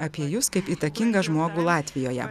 apie jus kaip įtakingą žmogų latvijoje